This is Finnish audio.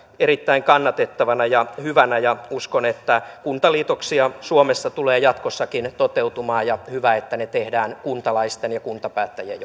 erittäin kannatettavana ja hyvänä ja uskon että kuntaliitoksia suomessa tulee jatkossakin toteutumaan ja hyvä että ne tehdään kuntalaisten ja kuntapäättäjien